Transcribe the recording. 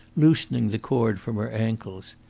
loosening the cord from her ankles.